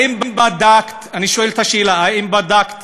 האם בדקת, אני שואל את השאלה: האם בדקת